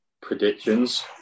predictions